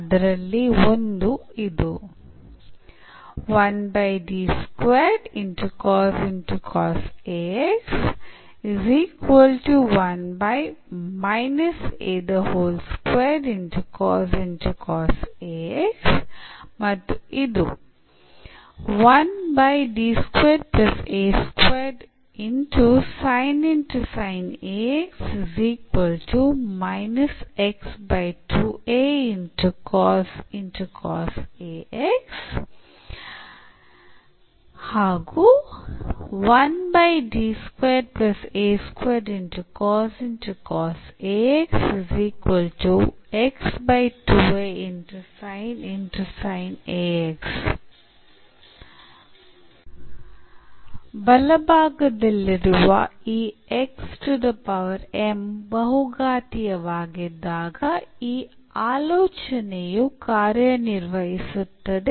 ಅದರಲ್ಲಿ ಒಂದು ಇದು ಮತ್ತು ಇದು ಬಲಭಾಗದಲ್ಲಿರುವ ಈ ಬಹುಘಾತೀಯವಾಗಿದ್ದಾಗ ಈ ಆಲೋಚನೆಯು ಕಾರ್ಯನಿರ್ವಹಿಸುತ್ತದೆ